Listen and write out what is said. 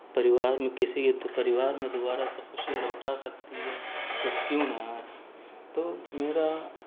پریوار میں کسی پریوار میں دوبارہ سے خوشی لوٹا سکتی ہے تو کیوں نہ آئے تو میرا